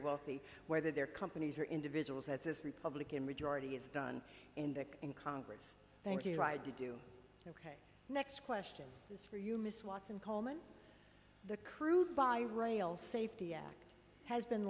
wealthy whether their companies or individuals as this republican majority has done in the in congress thank you tried to do ok next question is for you miss watson coleman the crude by rail safety act has been